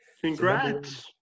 Congrats